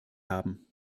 haben